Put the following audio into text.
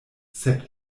sed